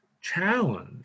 challenge